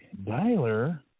dialer